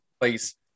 place